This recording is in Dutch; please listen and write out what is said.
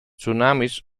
tsunami’s